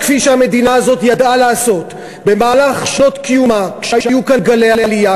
ממש כפי שהמדינה הזאת ידעה לעשות במהלך שנות קיומה כשהיו כאן גלי עלייה,